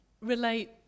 relate